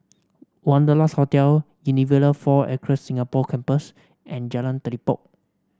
Wanderlust Hotel Unilever Four Acres Singapore Campus and Jalan Telipok